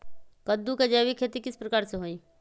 कददु के जैविक खेती किस प्रकार से होई?